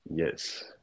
yes